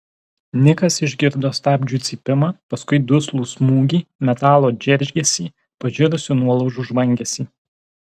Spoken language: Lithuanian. nikas išgirdo stabdžių cypimą paskui duslų smūgį metalo džeržgesį pažirusių nuolaužų žvangesį